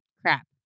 Crap